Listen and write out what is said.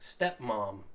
stepmom